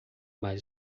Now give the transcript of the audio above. mas